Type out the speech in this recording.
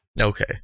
Okay